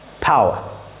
power